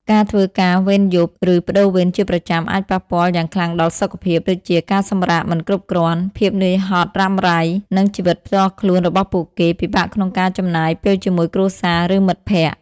ការធ្វើការជាវេនយប់ ឬប្តូរវេនជាប្រចាំអាចប៉ះពាល់យ៉ាងខ្លាំងដល់សុខភាព ដូចជាការសម្រាកមិនគ្រប់គ្រាន់ ភាពនឿយហត់រ៉ាំរ៉ៃ និងជីវិតផ្ទាល់ខ្លួនរបស់ពួកគេ ពិបាកក្នុងការចំណាយពេលជាមួយគ្រួសារ ឬមិត្តភក្តិ។